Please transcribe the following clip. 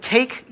Take